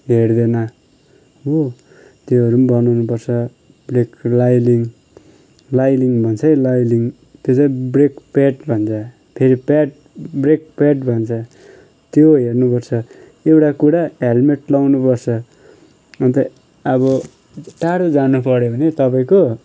हेर्दैन हो त्योहरू पनि बनाउनु पर्छ ब्रेक लाइलिङ लाइलिङ भन्छ है लाइलिङ त्यो चाहिँ ब्रेक प्याड भन्छ फेरि प्याड ब्रेक प्याड भन्छ त्यो हेर्नु पर्छ एउटा कुरा हेल्मेट लाउनु पर्छ अन्त अब टाढो जानु पऱ्यो भने तपाईँको